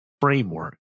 framework